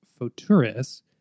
photurus